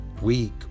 weak